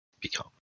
become